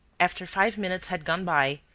after five minutes had gone by,